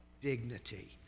dignity